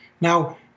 Now